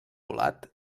volat